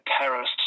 Paris